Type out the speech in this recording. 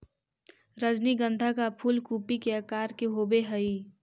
रजनीगंधा का फूल कूपी के आकार के होवे हई